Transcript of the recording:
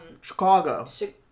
Chicago